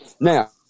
Now